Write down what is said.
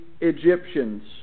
Egyptians